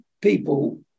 people